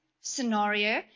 scenario